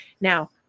Now